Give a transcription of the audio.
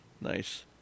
Nice